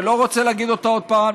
ולא רוצה להגיד אותה עוד פעם,